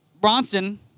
Bronson